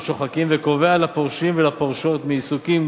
שוחקים וקובע לפורשים ולפורשות מעיסוקים